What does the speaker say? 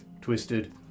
twisted